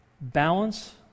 Balance